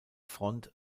front